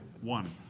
One